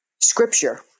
scripture